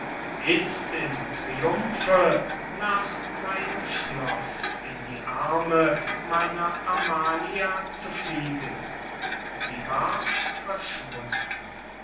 im triumphe nach meinem schloß in die arme meiner amalia zu fliegen sie war verschwunden